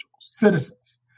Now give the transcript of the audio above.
citizens